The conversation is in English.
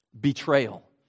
Betrayal